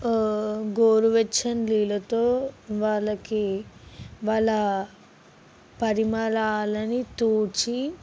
గోరువెచ్చని నీళ్ళతో వాళ్ళకి వాళ్ళ పరిమళాలని తుడిచి